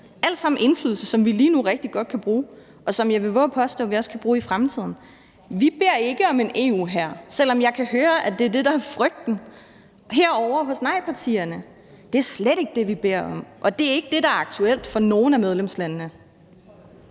alt sammen indflydelse, som vi lige nu rigtig godt kan bruge, og som jeg vil vove at påstå vi også kan bruge i fremtiden. Vi beder ikke om en EU-hær, selv om jeg kan høre, at det er det, der er frygten hos nejpartierne. Det er slet ikke det, vi beder om, og det er ikke det, der er aktuelt for nogen af medlemslandene.